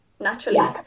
naturally